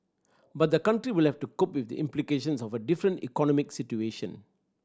but the country will have to cope with the implications of a different economic situation